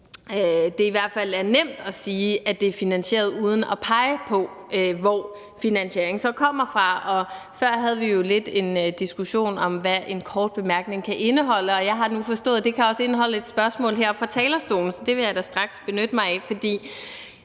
det er nemt bare at sige, at det er finansieret, når man ikke peger på, hvor finansieringen så kommer fra. Før havde vi jo lidt en diskussion om, hvad en kort bemærkning kan indeholde, og jeg har nu forstået, at det også kan indeholde et spørgsmål her fra talerstolen, så det vil jeg da straks benytte mig af.